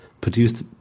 produced